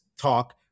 talk